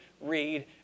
read